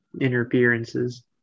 interferences